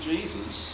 Jesus